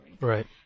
Right